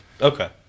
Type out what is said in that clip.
okay